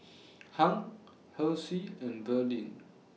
Hung Halsey and Verlyn